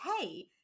hey